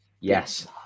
yes